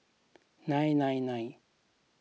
nine nine nine